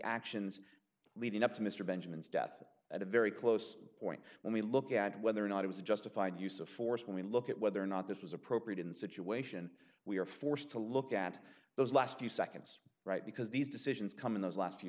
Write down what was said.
actions leading up to mr benjamin's death at a very close point when we look at whether or not it was a justified use of force when we look at whether or not this was appropriate in the situation we were forced to look at those last few seconds right because these decisions come in those last few